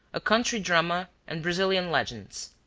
a country drama, and brazilian legends.